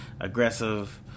aggressive